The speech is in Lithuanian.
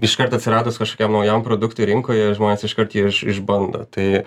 iš karto atsiradus kažkokiam naujam produktui rinkoje žmonės iškart jį iš išbando tai